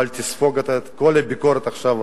אבל תספוג את כל הביקורת עכשיו,